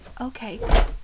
okay